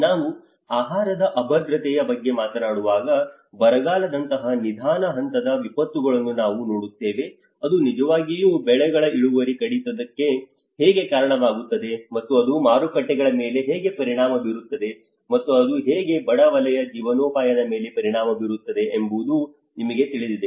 ನಾವು ಆಹಾರದ ಅಭದ್ರತೆಯ ಬಗ್ಗೆ ಮಾತನಾಡುವಾಗ ಬರಗಾಲದಂತಹ ನಿಧಾನ ಹಂತದ ವಿಪತ್ತುಗಳನ್ನು ನಾವು ನೋಡುತ್ತೇವೆ ಅದು ನಿಜವಾಗಿಯೂ ಬೆಳೆಗಳ ಇಳುವರಿ ಕಡಿತಕ್ಕೆ ಹೇಗೆ ಕಾರಣವಾಗುತ್ತದೆ ಮತ್ತು ಅದು ಮಾರುಕಟ್ಟೆಗಳ ಮೇಲೆ ಹೇಗೆ ಪರಿಣಾಮ ಬೀರುತ್ತದೆ ಮತ್ತು ಅದು ಹೇಗೆ ಬಡ ವಲಯ ಜೀವನೋಪಾಯದ ಮೇಲೆ ಪರಿಣಾಮ ಬೀರುತ್ತದೆ ಎಂಬುದು ನಿಮಗೆ ತಿಳಿದಿದೆ